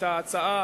את ההצעה,